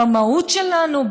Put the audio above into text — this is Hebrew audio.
במהות שלנו,